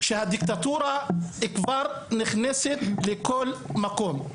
שהדיקטטורה כבר נכנסת לכל מקום,